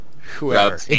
Whoever